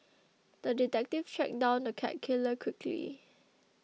the detective tracked down the cat killer quickly